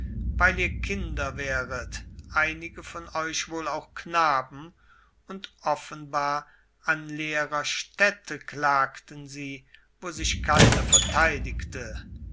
weil ihr kinder wäret einige von euch wohl auch knaben und offenbar an leerer stätte klagten sie wo sich keiner verteidigte